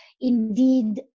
indeed